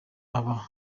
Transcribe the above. aba